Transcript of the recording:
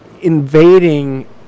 invading